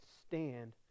stand